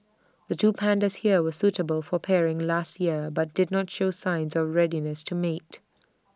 the two pandas here were suitable for pairing last year but did not show signs of readiness to mate